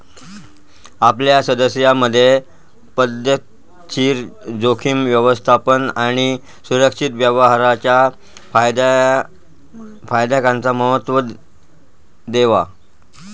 आपल्या सदस्यांमधे पध्दतशीर जोखीम व्यवस्थापन आणि सुरक्षित व्यवहाराच्या फायद्यांका महत्त्व देवा